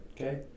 Okay